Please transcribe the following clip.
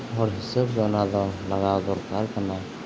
ᱦᱚᱲ ᱦᱤᱥᱟᱹᱵᱽ ᱫᱚ ᱚᱱᱟᱫᱚ ᱞᱟᱜᱟᱣ ᱫᱚᱨᱠᱟᱨ ᱠᱟᱱᱟ